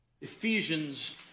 Ephesians